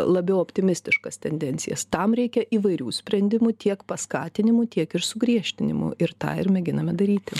labiau optimistiškas tendencijas tam reikia įvairių sprendimų tiek paskatinimų tiek ir sugriežtinimų ir tą ir mėginame daryti